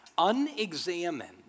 Unexamined